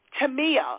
Tamia